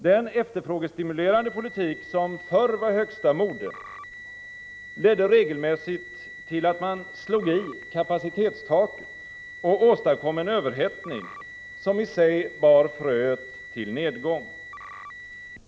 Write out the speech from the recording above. Den efterfrågestimulerande politik som förr var högsta mode ledde regelmässigt till att man slog i kapacitetstaket och åstadkom en överhettning, som i sig bar fröet till nedgång.